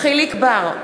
יחיאל חיליק בר,